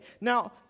Now